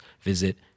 visit